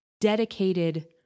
dedicated